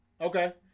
Okay